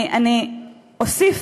אז הרעים כנראה, אני לא יודע,